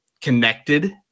connected